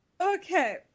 Okay